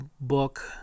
book